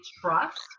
trust